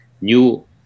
new